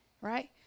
right